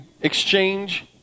exchange